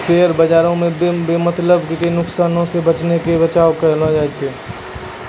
share बजारो मे बेमतलबो के नुकसानो से बचैये के बचाव कहाबै छै